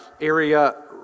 area